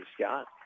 Scott